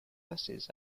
buses